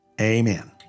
Amen